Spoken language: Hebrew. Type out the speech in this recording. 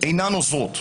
אינן עוזרות.